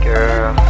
Girl